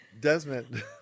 Desmond